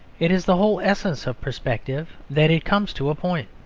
it is the whole essence of perspective that it comes to a point.